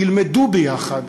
ילמדו ביחד,